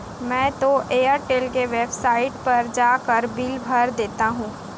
मैं तो एयरटेल के वेबसाइट पर जाकर बिल भर देता हूं